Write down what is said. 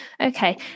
Okay